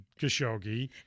Khashoggi